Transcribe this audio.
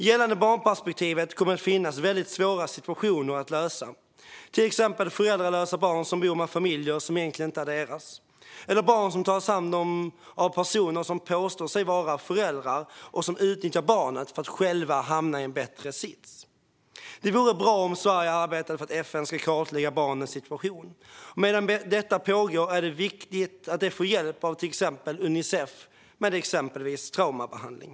Gällande barnperspektivet kommer det att finnas väldigt svåra situationer att lösa, till exempel föräldralösa barn som bor med familjer som egentligen inte är deras eller barn som tas om hand av personer som påstår sig vara deras föräldrar och som utnyttjar barnen för att själva hamna i en bättre sits. Det vore bra om Sverige arbetade för att FN ska kartlägga barnens situation. Medan detta pågår är det viktigt att de får hjälp av till exempel av Unicef med exempelvis traumabehandling.